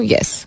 Yes